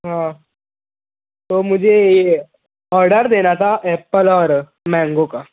ہاں تو مجھے یہ آڈر دینا تھا ایپل اور مینگو کا